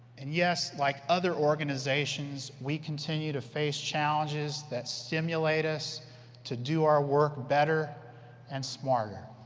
and yes, like other organizations, we continue to face challenges that stimulate us to do our work better and smarter.